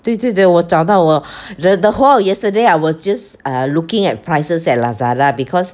对对对我找到我 the the whole of yesterday I was just uh looking at prices at Lazada because